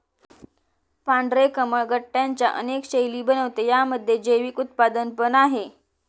पांढरे कमळ गट्ट्यांच्या अनेक शैली बनवते, यामध्ये जैविक उत्पादन पण आहे